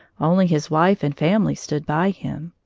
only his wife and family stood by him.